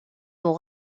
vont